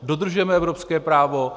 Dodržujeme evropské právo.